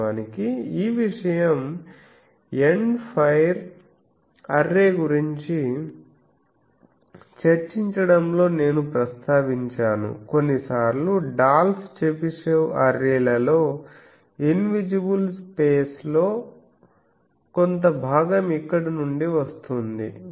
వాస్తవానికి ఈ విషయం ఎండ్ ఫైర్ అర్రే గురించి చర్చించడంలో నేను ప్రస్తావించాను కొన్నిసార్లు డాల్ఫ్ చెబిషెవ్ అర్రేస్ లలో ఇన్విజిబుల్ పేస్ లో కొంత భాగం ఇక్కడి నుండి వస్తుంది